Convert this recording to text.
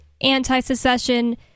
anti-secession